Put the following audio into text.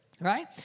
Right